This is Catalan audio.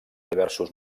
diversos